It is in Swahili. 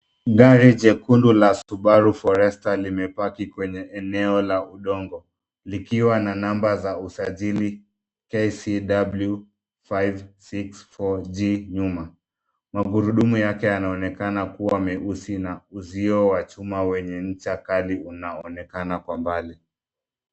Gari jekundu la Subaru Forester limepaki kwenye eneo la udongo, likiwa na namba za usajili KCW 564G nyuma. Magurudumu yake yanaonekana kua meusi, na uzio wa chuma wenye ncha kali unaonekana kwa mbali.